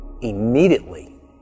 immediately